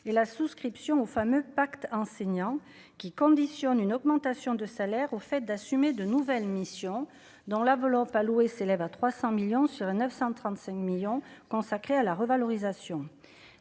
et la souscription au fameux Pacte enseignants qui conditionne une augmentation de salaire au fait d'assumer de nouvelles missions dans la volant pas louer s'élève à 300 millions sur 935 millions consacrés à la revalorisation,